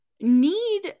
need